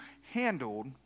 handled